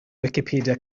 wicipedia